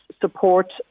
support